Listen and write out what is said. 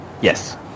yes